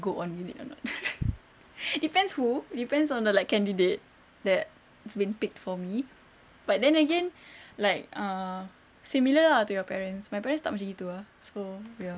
go on with it or not it depends who depends on the like candidate that it's been picked for me but then again like ah similar lah to your parents my parents tak macam gitu ah so ya